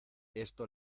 esto